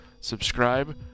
subscribe